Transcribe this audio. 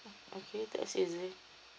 okay that's easy